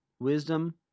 Wisdom